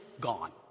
gone